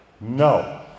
No